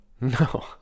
No